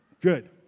Good